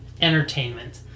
entertainment